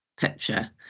picture